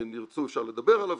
ואם ירצו אפשר לדבר עליו,